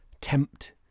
tempt